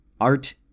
art